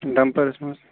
بَمپرَس منٛز